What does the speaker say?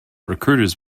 recruiters